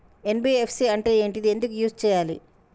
NBFC అంటే ఏంటిది ఎందుకు యూజ్ చేయాలి?